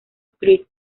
street